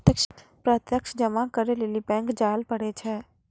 प्रत्यक्ष जमा करै लेली बैंक जायल पड़ै छै